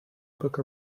book